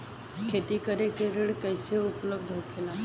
खेती करे के ऋण कैसे उपलब्ध होखेला?